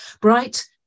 bright